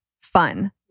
fun